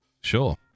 Sure